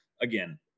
again